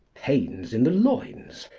pains in the loins,